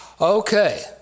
Okay